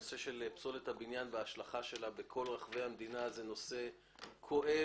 נושא של פסולת הבניין וההשלכה שלה בכל רחבי המדינה זה נושא כואב.